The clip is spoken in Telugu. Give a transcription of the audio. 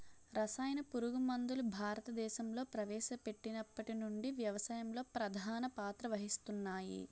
రసాయన పురుగుమందులు భారతదేశంలో ప్రవేశపెట్టినప్పటి నుండి వ్యవసాయంలో ప్రధాన పాత్ర వహిస్తున్నాయి